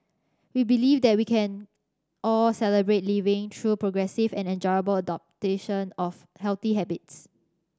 we believe that we can all Celebrate Living through progressive and enjoyable of healthy habits